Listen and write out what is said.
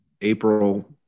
April